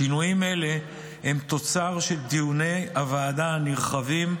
שינויים אלה הם תוצר של דיוני הוועדה הנרחבים.